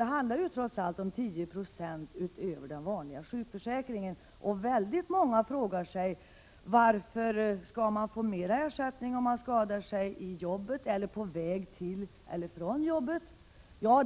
Det handlar om 10 96 utöver den vanliga sjukförsäkringen, och väldigt många frågar sig varför man skall få mer ersättning om man skadar sig i jobbet eller på väg till eller från jobbet.